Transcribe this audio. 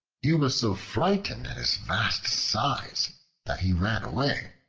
he was so frightened at his vast size that he ran away.